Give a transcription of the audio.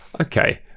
Okay